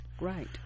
right